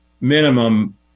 minimum